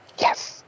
Yes